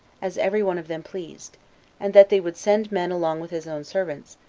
as every one of them pleased and that they would send men along with his own servants,